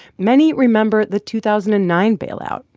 many remember the two thousand and nine bailout,